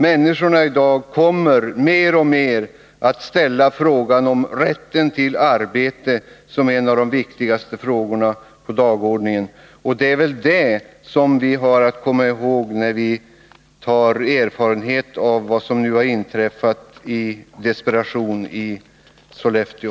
Människorna kommer mer och mer att anse rätten till arbete vara en av de viktigaste frågorna på dagordningen. Det är det som vi har att komma ihåg, när vi hämtar erfarenhet av vad som nu i desperation har hänt i Sollefteå.